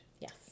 yes